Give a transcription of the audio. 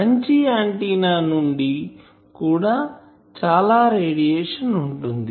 మంచి ఆంటిన్నా నుండి కూడా చాలా రేడియేషన్ ఉంటుంది